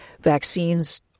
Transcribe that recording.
vaccines